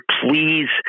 please